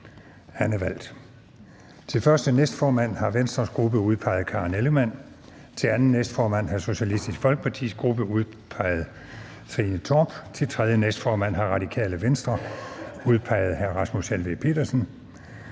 Haarder): Til første næstformand har Venstres gruppe udpeget Karen Ellemann. Til anden næstformand har Socialistisk Folkepartis gruppe udpeget Trine Torp. Til tredje næstformand har Radikale Venstre udpeget hr. Rasmus Helveg Petersen.